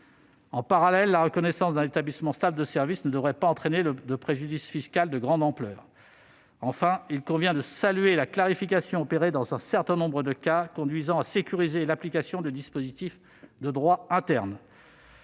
En parallèle, la reconnaissance d'un établissement stable de services ne devrait pas entraîner de préjudice fiscal de grande ampleur. Enfin, il convient de saluer la clarification opérée dans un certain nombre de cas, conduisant à sécuriser l'application de dispositifs de droit interne.